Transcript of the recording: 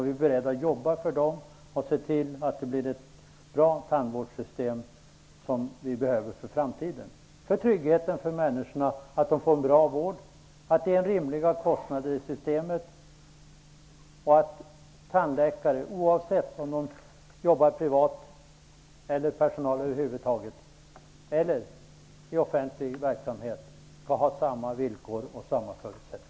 Vi är beredda att arbeta för dessa och se till att det blir ett bra tandvårdssystem, vilket vi behöver inför framtiden -- för den trygghet som det innebär för människorna att få en bra vård, att systemet medför rimliga kostnader och att tandläkare och övrig personal, oavsett om de arbetar privat eller i offentlig verksamhet, skall ha samma villkor och förutsättningar.